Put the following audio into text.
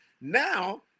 Now